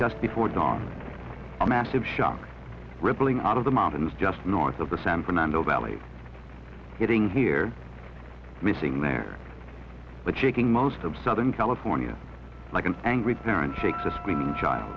just before dawn a massive shock rippling out of the mountains just north of the san fernando valley getting here missing there but shaking most of southern california like an angry parent takes